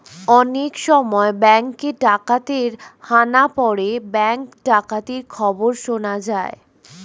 অনেক সময় ব্যাঙ্কে ডাকাতের হানা পড়ে ব্যাঙ্ক ডাকাতির খবর শোনা যায়